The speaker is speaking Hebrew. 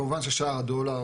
כמובן ששער הדולר,